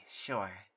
sure